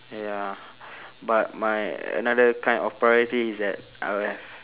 ya but my another kind of priority is that I will have